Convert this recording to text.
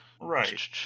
right